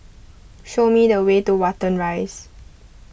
show me the way to Watten Rise